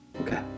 Okay